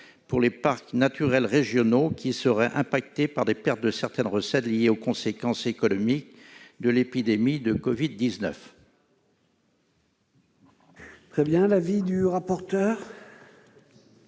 pour les parcs naturels régionaux qui seraient touchés par des pertes de certaines recettes liées aux conséquences économiques de l'épidémie de covid-19.